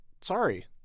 Sorry